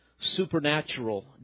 supernatural